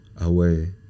away